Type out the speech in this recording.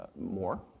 more